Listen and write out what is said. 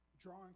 Drawing